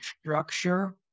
structure